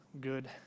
good